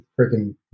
freaking